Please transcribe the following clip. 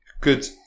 good